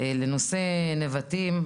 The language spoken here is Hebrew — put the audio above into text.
בנושא נבטים,